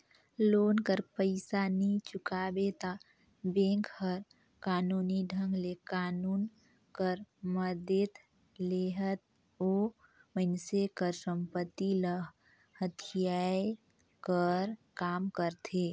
loan कर पइसा नी चुकाबे ता बेंक हर कानूनी ढंग ले कानून कर मदेत लेहत ओ मइनसे कर संपत्ति ल हथियाए कर काम करथे